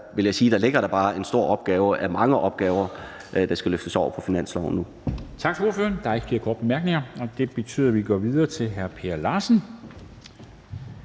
jeg sige, at der bare ligger mange opgaver, der skal løftes over på finansloven.